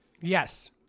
Yes